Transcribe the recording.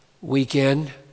weekend